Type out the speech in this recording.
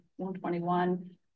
121